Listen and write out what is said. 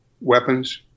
weapons